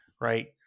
right